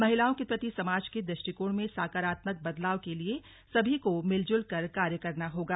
महिलाओं के प्रति समाज के दृष्टिकोण में सकारात्मक बदलाव के लिये सभी को मिलजुल कर कार्य करना होगा